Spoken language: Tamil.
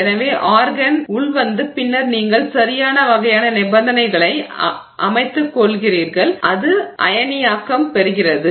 எனவே ஆர்கான் உள்வந்து பின்னர் நீங்கள் சரியான வகையான நிபந்தனைகளை அமைத்துக்கொள்கிறீர்கள் அது அயனியாக்கம் பெறுகிறது